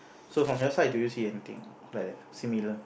so from your side do you see anything a not like that similar